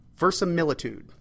versimilitude